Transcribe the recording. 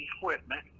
equipment